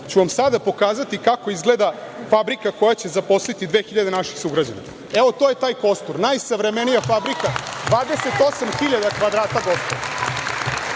ću vam pokazati kako izgleda fabrika koja će zaposliti 2.000 naših sugrađana. Evo, to je taj kostur, najsavremenija fabrika, 28.000 kvadrata gotovo.